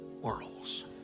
worlds